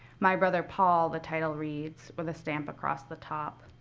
my brother paul, the title reads, with a stamp across the top,